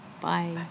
bye